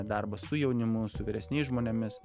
darbas su jaunimu su vyresniais žmonėmis